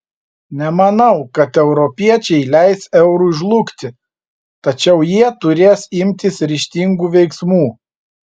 nemanau kad europiečiai leis eurui žlugti tačiau jie turės imtis ryžtingų veiksmų